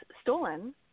stolen